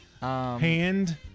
Hand